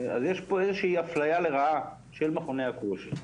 אז יש פה איזושהי אפליה לרעה של מכוני הכושר.